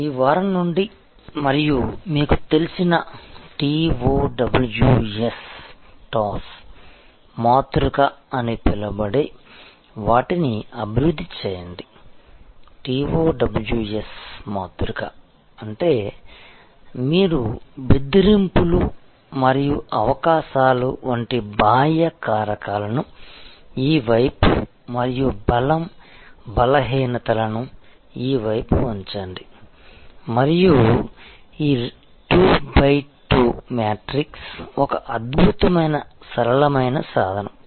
ఈ వారం నుండి మరియు మీకు తెలిసిన TOWS మాతృక అని పిలువబడే వాటిని అభివృద్ధి చేయండి TOWS మాతృక అంటే మీరు బెదిరింపులు మరియు అవకాశాలు వంటి బాహ్య కారకాలను ఈ వైపు మరియు బలం బలహీనతలను ఈ వైపు ఉంచండి మరియు ఈ 2 బై 2 మ్యాట్రిక్స్ ఒక అద్భుతమైన సరళమైన సాధనం